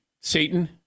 Satan